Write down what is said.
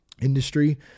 industry